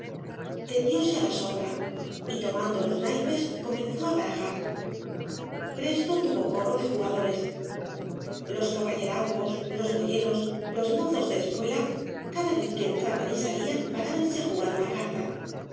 impaciencia tendióse á la sombra y tomando los naipes comenzó á barajar presto tuvo corro de jugadores los caballerangos los boyeros los mozos de espuela cada vez que entraban y salían parábanse á jugar una carta